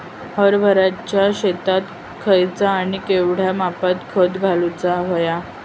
हरभराच्या शेतात खयचा आणि केवढया मापात खत घालुक व्हया?